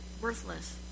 worthless